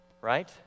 Right